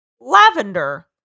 lavender